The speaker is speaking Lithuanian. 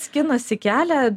skinasi kelią